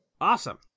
Awesome